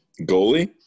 Goalie